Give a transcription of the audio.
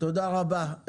תודה רבה.